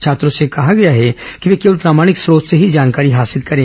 छात्रों से कहा गया है कि वे केवल प्रामाणिक स्रोत से ही जानकारी हासिल करें